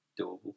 doable